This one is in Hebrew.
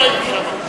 לא הייתי שם.